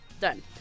done